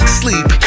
sleep